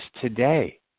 today